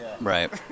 right